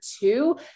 two